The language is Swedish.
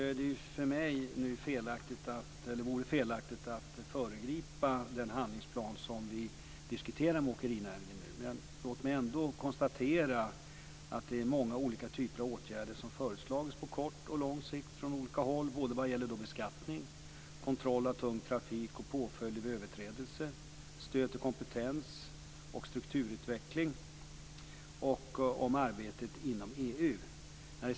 Det vore felaktigt av mig att föregripa den handlingsplan som vi diskuterar med åkerinäringen. Men låt mig ändå konstatera att många olika typer av åtgärder har föreslagits på kort och lång sikt både vad gäller beskattning, kontroll av tung trafik och påföljd vid överträdelse, stöd och kompetens, strukturutveckling och arbetet inom EU.